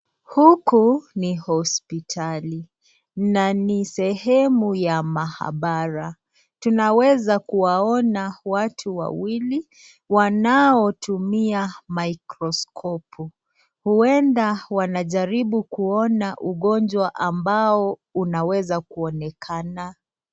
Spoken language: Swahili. Huku ni hospitali na ni sehemu ya maabara. Tunaweza kuwaona watu wawili wanaotumia mikroskopu. Huenda wanajaribu kuona ugonjwa ambao unaweza kuonekana.